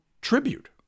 tribute